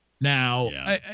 now